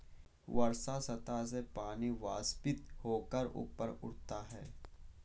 वर्षा सतह से पानी वाष्पित होकर ऊपर उठता है